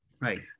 Right